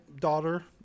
daughter